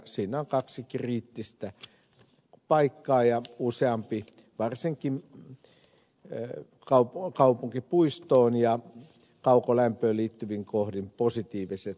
siinä on kaksi kriittistä paikkaa ja useampi varsinkin kaupunkipuistoon ja kaukolämpöön liittyvä positiivinen esitys